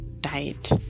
diet